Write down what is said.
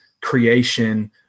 creation